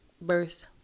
verse